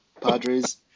padres